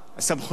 סמכויות,